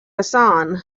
hassan